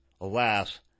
alas